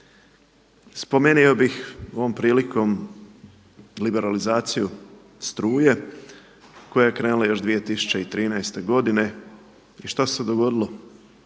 Spomenuo bih ovom prilikom liberalizaciju struje koja je krenula još 2013. godine. I što se dogodilo,